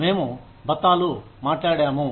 మేము బత్తాలు మాట్లాడాము